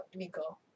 Miko